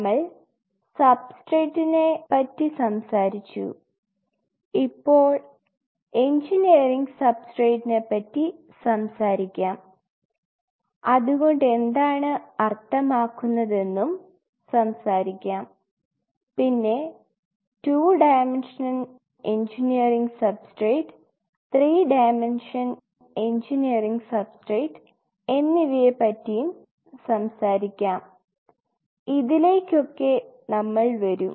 നമ്മൾ സബ്സ്ട്രേറ്റ്റ്റിനെ പറ്റി സംസാരിച്ചു ഇപ്പോ എൻജിനിയറിങ് സബ്സ്ട്രേറ്റ്റ്റിനെ പറ്റി സംസാരിക്കാം അതുകൊണ്ടെന്താണ് അർത്ഥമാക്കുന്നത് എന്നും സംസാരിക്കാം പിന്നെ 2 dimension engineering substrate 3 dimension engineering substrate എന്നിവയെ പറ്റി സംസാരിക്കാം ഇതിലേക്ക് ഒക്കെ നമ്മൾ വരും